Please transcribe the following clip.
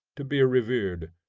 to be revered.